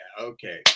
Okay